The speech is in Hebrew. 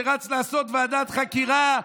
שרץ לעשות ועדת חקירה,